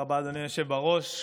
תודה רבה, אדוני היושב בראש.